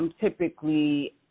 typically